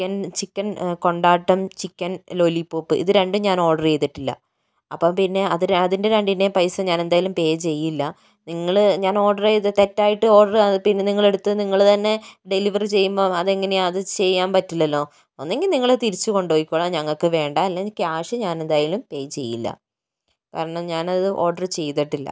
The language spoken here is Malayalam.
chicken chicken kondattam chicken lollipop ഇത് രണ്ടും ഞാൻ ഓർഡർ ചെയ്തിട്ടില്ല അപ്പോൾ പിന്നെ അതിൻറെ രണ്ടിൻറെയും പൈസ ഞാനെന്തായാലും പേ ചെയ്യില്ല നിങ്ങള് ഞാൻ ഓർഡർ ചെയ്തത് തെറ്റായിട്ട് ഓർഡർ പിന്നെ നിങ്ങൾ എടുത്ത് നിങ്ങൾ തന്നെ ഡെലിവറി ചെയ്യുമ്പോൾ അതെങ്ങനെ അത് ചെയ്യാൻ പറ്റില്ലല്ലോ ഒന്നുകിൽ നിങ്ങളെ തിരിച്ചുകൊണ്ട് പൊയ്ക്കോളാം ഞങ്ങൾക്ക് വേണ്ട അല്ലെങ്കിൽ ക്യാഷ് ഞാനെന്തായാലും പേ ചെയ്യില്ല കാരണം ഞാനത് ഓർഡർ ചെയ്തിട്ടില്ല